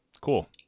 Cool